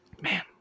man